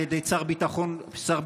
על ידי שר ביטחון כושל,